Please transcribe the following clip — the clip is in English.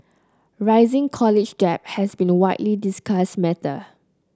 rising college debt has been a widely discussed matter